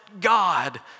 God